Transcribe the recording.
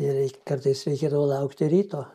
ir kartais reikėdavo laukti ryto